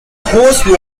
hoarse